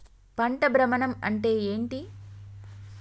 పంట భ్రమణం అంటే ఏంటి?